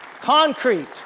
Concrete